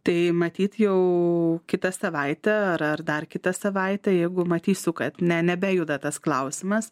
tai matyt jau kitą savaitę ar ar dar kitą savaitę jeigu matysiu kad ne nebejuda tas klausimas